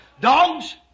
dogs